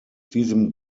diesem